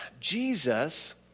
Jesus